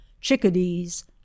chickadees